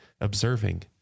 observing